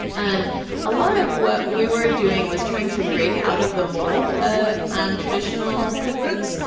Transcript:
um a lot of what we were doing was trying to break out of the mold of um traditional cookbooks,